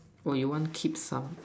or you want keep some